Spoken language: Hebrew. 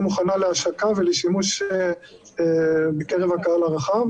מוכנה להשקה ולשימוש בקרב הקהל הרחב.